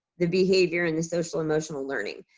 the behavior and the social emotional learning.